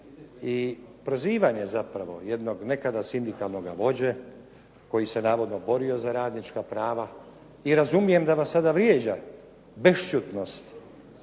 I prozivanje zapravo jednog nekada sindikalnoga vođe koji se navodno borio za radnička prava i razumijem da vas sada vrijeđa bešćutnost